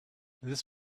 this